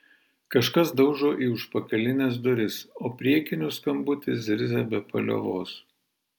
kažkas daužo į užpakalines duris o priekinių skambutis zirzia be paliovos